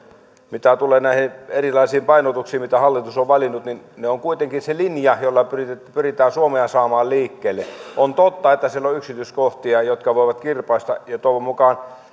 mitä tulee näihin erilaisiin painotuksiin mitä hallitus on valinnut niin ne ovat kuitenkin se linja jolla pyritään pyritään suomea saamaan liikkeelle on totta että siellä on yksityiskohtia jotka voivat kirpaista ja toivon mukaan